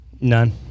None